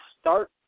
start